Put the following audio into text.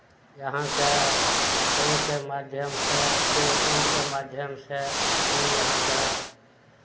अहाँकेँ फोनके माध्यमसँ पे फोनके माध्यमसँ बिल अहाँकेँ